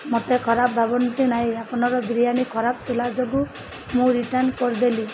ମତେ ଖରାପ ଭାବନ୍ତୁ ନାହିଁ ଆପନର ବିରିୟାନୀ ଖରାପ ଥିଲା ଯୋଗୁଁ ମୁଁ ରିଟର୍ଣ୍ଣ କରିଦେଲି